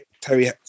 Terry